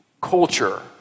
culture